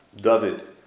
David